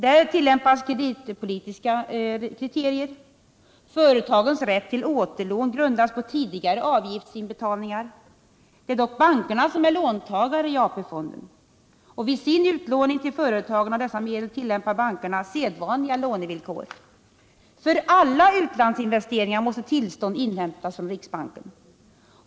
Där tillämpas kreditpolitiska kriterier, och företagens rätt till återlån grundas på tidigare avgiftsinbetalningar. Det är dock bankerna som är låntagare i AP-fonden, och vid sin utlåning till företagen av dessa medel tillämpar bankerna sedvanliga lånevillkor. För alla utlandsinvesteringar måste tillstånd inhämtas från riksbanken.